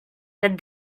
that